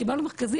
כי בנק מרכזי,